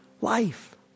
life